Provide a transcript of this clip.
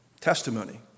testimony